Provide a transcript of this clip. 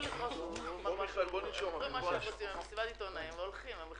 11:22.) אני מחדש את הדיון ומתנצל בפני